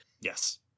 Yes